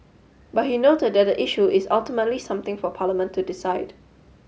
but he noted that the issue is ultimately something for Parliament to decide